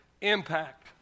impact